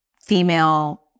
female